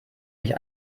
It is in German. nicht